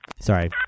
Sorry